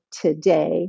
today